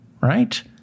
right